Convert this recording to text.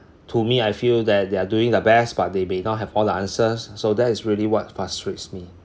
to me I feel that they are doing the best but they may not have all the answers so that's really what frustrates me